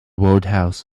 wodehouse